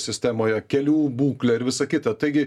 sistemoje kelių būklė ir visa kita taigi